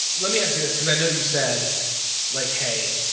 let me ask you this because i know you said like hey,